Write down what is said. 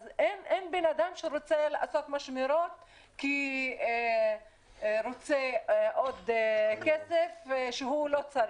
אז אין בן אדם שרוצה לעשות משמרות כי רוצה עוד כסף שהוא לא צריך.